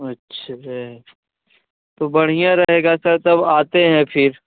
अच्छा जो है तो बढ़िया रहेगा सर तब आते हैं फिर